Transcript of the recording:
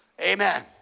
Amen